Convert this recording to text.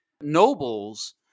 nobles